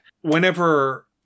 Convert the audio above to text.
whenever